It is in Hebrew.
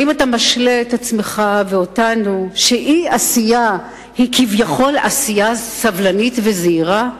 האם אתה משלה את עצמך ואותנו שאי-עשייה היא כביכול עשייה סבלנית וזהירה?